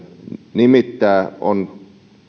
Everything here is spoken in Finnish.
nimittää on